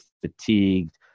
fatigued